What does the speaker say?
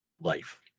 life